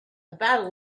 about